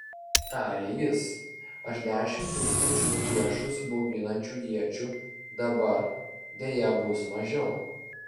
tarė jis aš dešimt tūkstančių priešus bauginančių iečių dabar deja bus mažiau